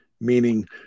meaning